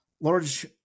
large